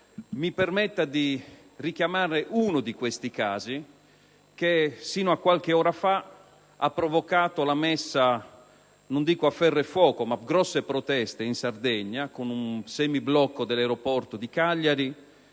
mi permetto di richiamare uno di questi casi che, fino a qualche ora fa, ha provocato, non dico la messa a ferro e a fuoco, ma comunque grandi proteste in Sardegna, con un semiblocco dell'aeroporto di Cagliari